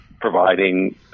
providing